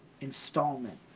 installment